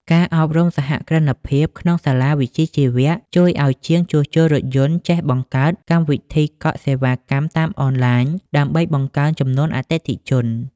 ការអប់រំសហគ្រិនភាពក្នុងសាលាវិជ្ជាជីវៈជួយឱ្យជាងជួសជុលរថយន្តចេះបង្កើត "កម្មវិធីកក់សេវាកម្មតាមអនឡាញ" ដើម្បីបង្កើនចំនួនអតិថិជន។